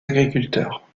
agriculteurs